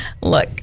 look